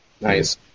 nice